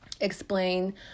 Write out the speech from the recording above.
explain